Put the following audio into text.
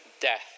death